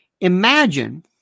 Imagine